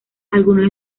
algunos